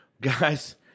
guys